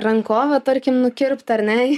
rankovę tarkim nukirpt ar ne